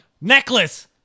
necklace